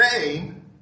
name